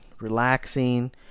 relaxing